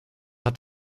hat